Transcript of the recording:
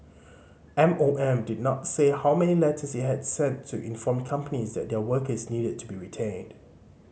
M O M did not say how many letters he had sent to inform companies that their workers needed to be retrained